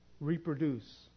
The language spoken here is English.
reproduce